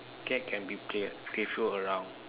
cat can be play playful around